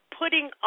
putting